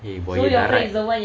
eh buaya darat